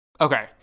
Okay